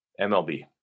MLB